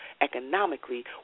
economically